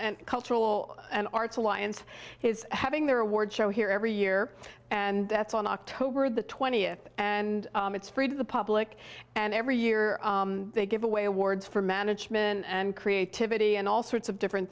cultural and arts alliance is having their awards show here every year and that's on october the twentieth and it's free to the public and every year they give away awards for management and creativity and all sorts of different